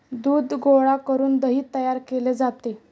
दूध गोळा करून दही तयार केले जाते